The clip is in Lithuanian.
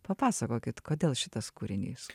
papasakokit kodėl šitas kūrinys